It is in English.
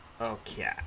Okay